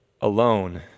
alone